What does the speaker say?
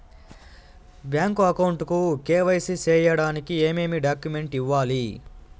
Bank account కు KYC సేయడానికి ఏమేమి డాక్యుమెంట్ ఇవ్వాలి?